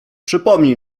przypomnij